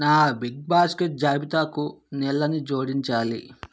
నా Big Basket జాబితాకు నీళ్లని జోడించాలి